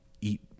eat